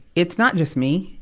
it's not just me.